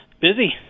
Busy